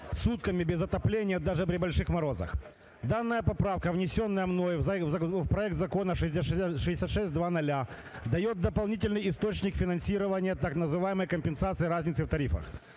сутками без отопления даже при больших морозах. Данная поправка, внесенная мною в проект закона 6600, дает дополнительный источник финансирования так называемой компенсацииразницы в тарифах.